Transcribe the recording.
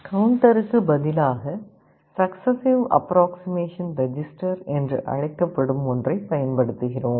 கவுண்டருக்குப் பதிலாக successive approximation register என்று அழைக்கப்படும் ஒன்றைப் பயன்படுத்துகிறோம்